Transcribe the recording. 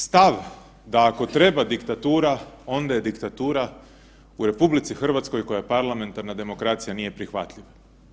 Stav da ako treba diktatura onda je diktatura u RH u kojoj je parlamentarna demokracija nije prihvatljiv.